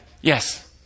Yes